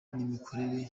n’imikorere